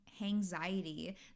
anxiety